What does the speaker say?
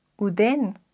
Uden